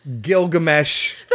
Gilgamesh